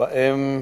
שבהם